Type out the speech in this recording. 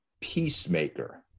peacemaker